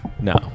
No